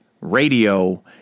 radio